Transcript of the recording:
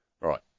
Right